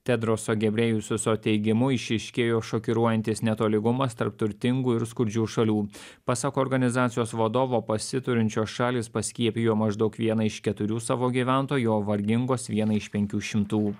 tedro sugebrėjusoso teigimu išryškėjo šokiruojantis netolygumas tarp turtingų ir skurdžių šalių pasak organizacijos vadovo pasiturinčios šalys paskiepijo maždaug vieną iš keturių savo gyventojų o vargingos viena iš penkių šimtų